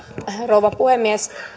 rouva puhemies